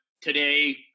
today –